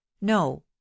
no